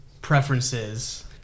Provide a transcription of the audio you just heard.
preferences